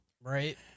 Right